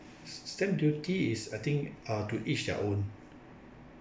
stamp duty is I think ah to each their own